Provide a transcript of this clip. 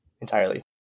entirely